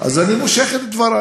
אז אני מושך את דברי.